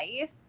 life